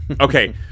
Okay